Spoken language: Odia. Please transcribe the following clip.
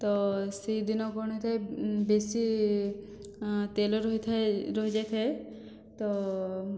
ତ ସେଇଦିନ କଣ ହୋଇଥାଏ ବେଶୀ ତେଲ ରହିଥାଏ ରହିଯାଇ ଥାଏ ତ